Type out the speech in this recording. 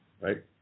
Right